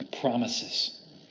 promises